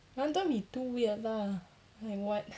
!huh! don't be too weird lah like what